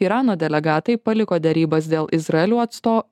irano delegatai paliko derybas dėl izraelių atsto